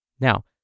Now